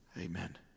Amen